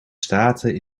staten